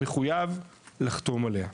מחויב לחתום עליה.